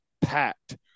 packed